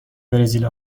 برزیل